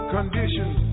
Conditions